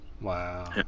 Wow